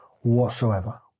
whatsoever